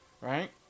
Right